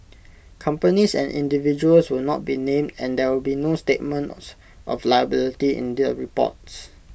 companies and individuals will not be named and there will be no statements of liability in the reports